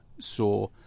saw